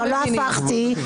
לא הפכתי.